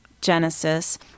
genesis